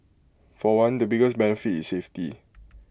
for one the biggest benefit is safety